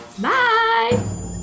Bye